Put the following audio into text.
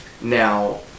Now